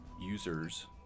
users